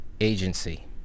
agency